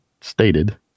stated